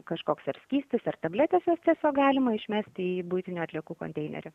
kažkoks ar skystis ar tabletėse tiesiog galima išmesti į buitinių atliekų konteinerius